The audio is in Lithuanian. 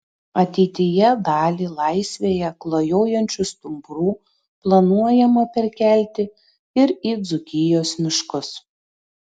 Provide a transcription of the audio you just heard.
ateityje dalį laisvėje klajojančių stumbrų planuojama perkelti ir į dzūkijos miškus